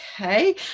okay